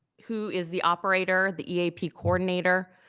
who is the operator, the eap coordinator,